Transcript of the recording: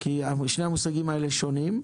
כי שני המושגים האלה שונים,